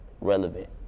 relevant